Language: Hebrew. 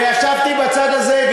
וישבתי גם בצד הזה.